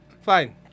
fine